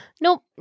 nope